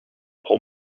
pull